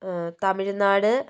Tamil Nadu